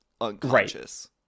unconscious